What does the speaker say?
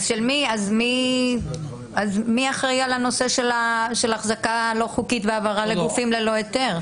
אז מי אחראי על הנושא של החזקה לא חוקית והעברה לגופים ללא היתר?